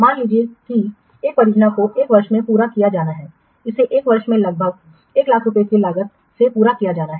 मान लीजिए कि एक परियोजना को 1 वर्ष में पूरा किया जाना है इसे 1 वर्ष में लगभग 100000 रुपये की लागत से पूरा किया जाना है